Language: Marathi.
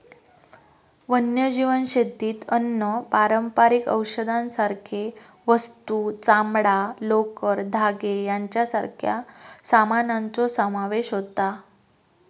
वन्यजीव शेतीत अन्न, पारंपारिक औषधांसारखे वस्तू, चामडां, लोकर, धागे यांच्यासारख्या सामानाचो समावेश होता